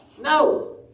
No